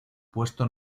puesto